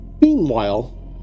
Meanwhile